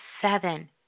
seven